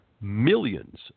millions